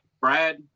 Brad